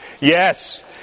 yes